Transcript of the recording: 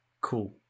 cool